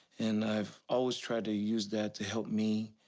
and i have always tried to use that to help me,